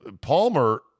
Palmer